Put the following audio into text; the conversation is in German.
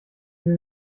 sie